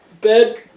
Bed